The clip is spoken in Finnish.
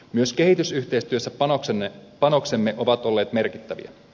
myös kehitysyhteistyössä panoksemme ovat olleet merkittäviä